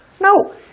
No